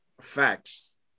Facts